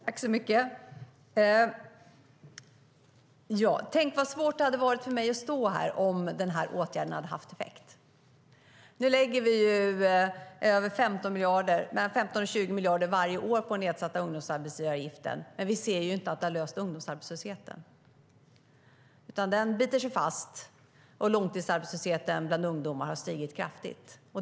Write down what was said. STYLEREF Kantrubrik \* MERGEFORMAT Svar på interpellationerHerr talman! Tänk vad svårt det hade varit för mig att stå här om den här åtgärden hade haft effekt! Nu lägger vi över 15-20 miljarder varje år på den nedsatta ungdomsarbetsgivaravgiften, men det har inte löst ungdomsarbetslösheten. Tvärtom biter den sig fast, och långtidsarbetslösheten bland ungdomar har stigit kraftigt.